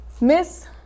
Miss